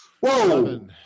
Whoa